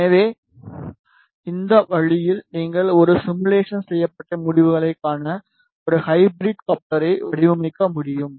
எனவே இந்த வழியில் நீங்கள் ஒரு சிமுலேஷன் செய்யப்பட்ட முடிவுகளைக் காண ஒரு ஹைபிரிட் கப்ளரை வடிவமைக்க முடியும்